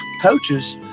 coaches